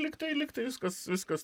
lygtai lygtai viskas viskas